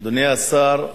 אדוני השר,